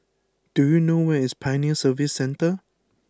do you know where is Pioneer Service Centre